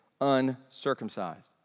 uncircumcised